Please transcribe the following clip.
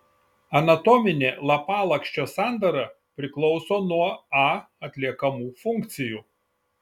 anatominė lapalakščio sandara priklauso nuo a atliekamų funkcijų